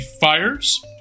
fires